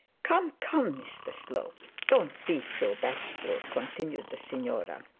come, come, mr slope, don't be so bashful continued the signora.